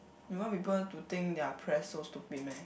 you want people to think their press so stupid meh